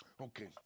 Okay